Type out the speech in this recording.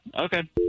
Okay